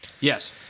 Yes